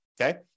okay